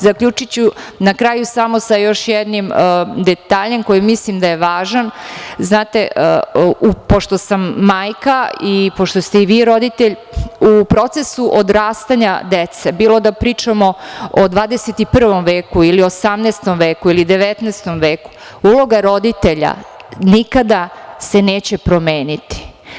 Zaključiću na kraju samo sa još jednim detaljem za koji mislim da je važan, znate, pošto sam majka i pošto ste i vi roditelj, u procesu odrastanja dece, bilo da pričamo o 21. veku ili 18. veku ili 19. veku, uloga roditelja nikada se neće promeniti.